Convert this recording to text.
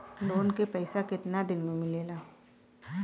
Loan के पैसा कितना दिन मे मिलेला?